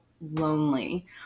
lonely